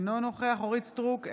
אינו נוכח אורית מלכה סטרוק,